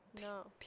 No